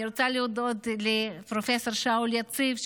אני רוצה להודות לפרופ' שאול יציב,